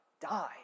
die